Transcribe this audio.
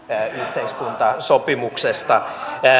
yhteiskuntasopimuksesta